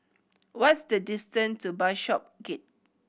what is the distance to Bishopsgate